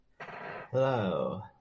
Hello